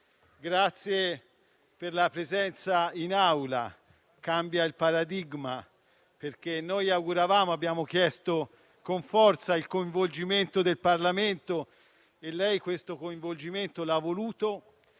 Conte per la sua presenza in Aula che cambia il paradigma, perché ci auguravamo e abbiamo chiesto con forza il coinvolgimento del Parlamento e lei questo coinvolgimento l'ha voluto.